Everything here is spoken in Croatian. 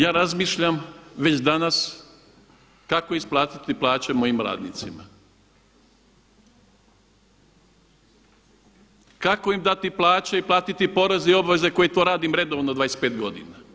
Ja razmišljam već danas kako isplatiti plaće mojim radnicima, kako im dati plaće i platiti porez i obveze koji to radim redovno 25 godina.